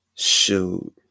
Shoot